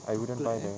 I wouldn't buy the